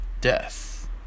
death